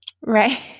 Right